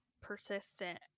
persistent